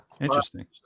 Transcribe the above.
Interesting